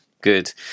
Good